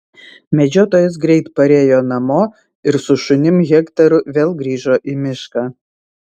medžiotojas greit parėjo namo ir su šunim hektoru vėl grįžo į mišką